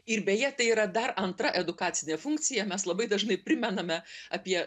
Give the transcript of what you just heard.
ir beje tai yra dar antra edukacinė funkcija mes labai dažnai primename apie